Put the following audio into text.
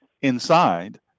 inside